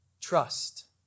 trust